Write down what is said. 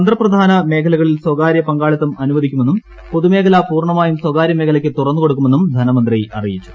തന്ത്രപ്രധാന മേഖലകളിൽ ്സ്ടകാര്യ പങ്കാളിത്തം അനുവദിക്കുമെന്നും പൊതുമേഖലാ പൂർണ്ണമായും സ്വകാര്യമേഖലയ്ക്ക് തുറന്നു കൊടുക്കുമെന്നും ധനമന്ത്രി അറിയിച്ചു